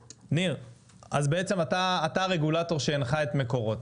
אתה הרגולטור שהנחה את מקורות.